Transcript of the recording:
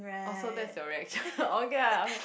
oh so that's your reaction okay lah okay